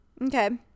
Okay